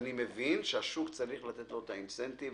אני מבין שצריך לתת לשוק את האינסנטיב,